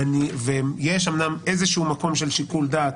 יש אומנם איזה מקום של שיקול דעת,